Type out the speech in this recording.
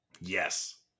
Yes